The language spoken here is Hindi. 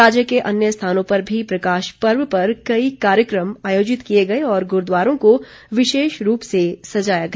राज्य के अन्य स्थानों पर भी प्रकाश पर्व पर कई कार्यक्रम आयोजित किए गए और गुरूद्वारों को विशेष रूप से सजाया गया